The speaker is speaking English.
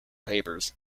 papers